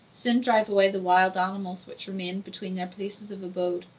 soon drive away the wild animals which remain between their places of abode.